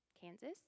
Kansas